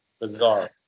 bizarre